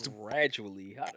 Gradually